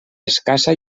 escassa